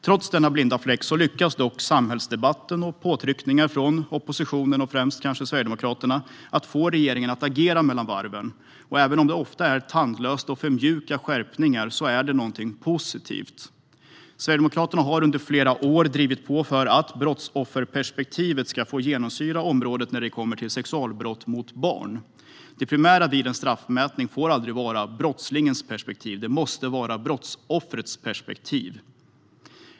Trots denna blinda fläck lyckas dock samhällsdebatten med påtryckningar från oppositionen, kanske främst Sverigedemokraterna, att få regeringen att agera mellan varven. Och även om det ofta är tandlöst och för mjuka skärpningar är det ändå något positivt. Sverigedemokraterna har under flera år drivit på för att brottsofferperspektivet ska genomsyra området sexualbrott mot barn. Det primära vid en straffmätning får aldrig vara brottslingens perspektiv - det måste vara brottsoffrets perspektiv.